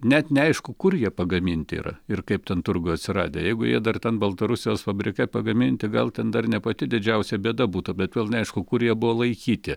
net neaišku kur jie pagaminti yra ir kaip ten turguj atsiradę jeigu jie dar ten baltarusijos fabrike pagaminti gal ten dar ne pati didžiausia bėda būtų bet vėl neaišku kur jie buvo laikyti